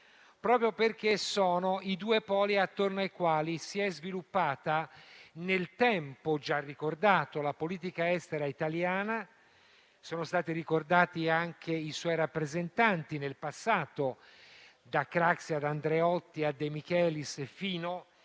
Ministro, perché sono i due poli attorno ai quali si è sviluppata nel tempo la politica estera italiana (sono stati ricordati anche i suoi rappresentanti nel passato, da Craxi ad Andreotti a De Michelis) fino alla